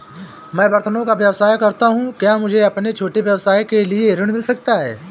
मैं बर्तनों का व्यवसाय करता हूँ क्या मुझे अपने छोटे व्यवसाय के लिए ऋण मिल सकता है?